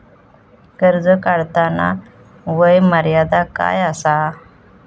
कर्ज काढताना वय मर्यादा काय आसा?